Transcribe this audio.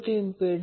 कॉईल1 साठी ω0 2